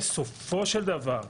בסופו של דבר,